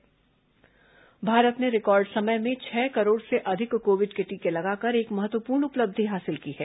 corona टीकाकरण भारत ने record समय में छह करोड़ से अधिक कोविड के टीके लगाकर एक महत्वपूर्ण उपलब्धि हासिल की है